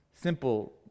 Simple